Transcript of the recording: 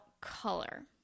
color